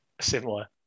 similar